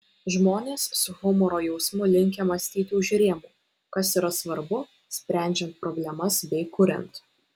žmonės su humoro jausmu linkę mąstyti už rėmų kas yra svarbu sprendžiant problemas bei kuriant